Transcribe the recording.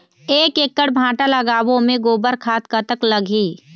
एक एकड़ भांटा लगाबो ओमे गोबर खाद कतक लगही?